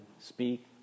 speak